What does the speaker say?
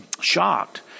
shocked